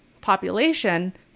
population